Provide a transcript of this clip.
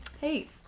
Hey